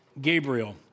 Gabriel